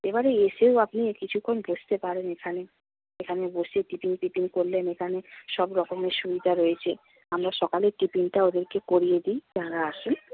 এবারে এসেও আপনি কিছুক্ষণ বসতে পারেন এখানে এখানে বসে টিফিন টিফিন করলেন এখানে সব রকমের সুবিধা রয়েছে আমরা সকালের টিফিনটা ওদেরকে করিয়ে দিই যারা আসে